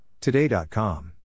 today.com